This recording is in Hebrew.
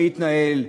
מי יתנהל,